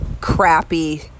crappy